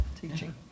teaching